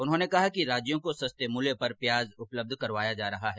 उन्होंने कहा कि राज्यों को सस्ते मूल्य पर प्याज उपलब्ध करवाया जा रहा है